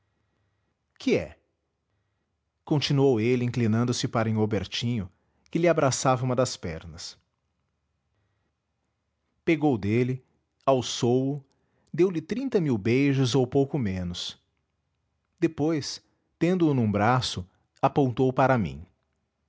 que é continuou ele inclinando-se para nhô bertinho que lhe abraçava uma das pernas pegou dele alçou o deu-lhe trinta mil beijos ou pouco menos depois tendoo num braço apontou para mim